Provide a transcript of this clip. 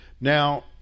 Now